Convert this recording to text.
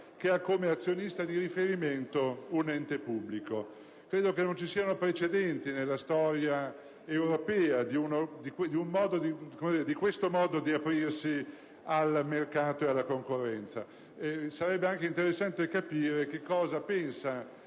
che ha come azionista di riferimento un ente pubblico; credo che non vi siano precedenti nella storia europea di un simile modo di aprirsi al mercato e alla concorrenza. Sarebbe anche interessante capire cosa pensa